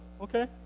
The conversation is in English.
okay